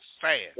fast